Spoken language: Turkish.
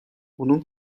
bunun